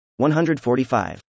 145